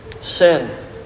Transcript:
Sin